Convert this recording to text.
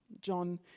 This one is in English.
John